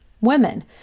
women